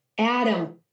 Adam